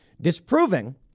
disproving